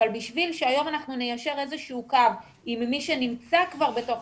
אבל בשביל שהיום אנחנו ניישר איזשהו קו עם מי שנמצא כבר בתוך